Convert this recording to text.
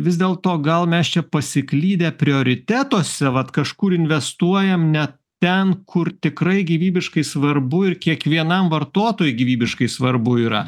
vis dėlto gal mes čia pasiklydę prioritetuose vat kažkur investuojam ne ten kur tikrai gyvybiškai svarbu ir kiekvienam vartotojui gyvybiškai svarbu yra